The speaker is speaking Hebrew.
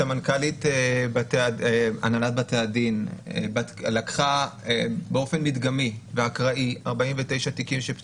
סמנכ"לית הנהלת בתי הדין לקחה באופן מדגמי ואקראי 49 תיקים שנשארו